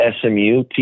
SMU